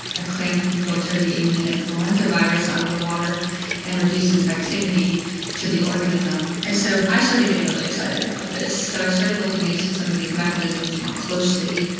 a clam can filter the avian influenza virus out of the water and reduce infectivity to the organism. and so i started getting really excited about this, so i started looking into some of these mechanisms more closely.